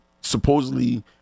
supposedly